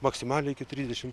maksimaliai iki trisdešimt